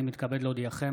אני מתכבד להודיעכם,